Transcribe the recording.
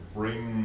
bring